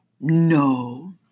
No